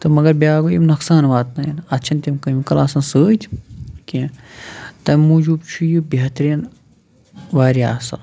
تہٕ مگر بیاکھ گوٚو یِم نۄقصان واتنایَن اَتھ چھَنہٕ تِم کمِکل آسان سۭتۍ کینٛہہ تمہِ موٗجوٗب چھُ یہِ بہتریٖن واریاہ اَصٕل